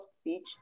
speech